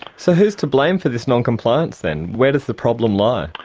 so who's to blame for this non-compliance then, where does the problem lie?